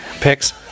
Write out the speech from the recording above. picks